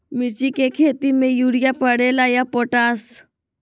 मिर्ची के खेती में यूरिया परेला या पोटाश?